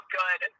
good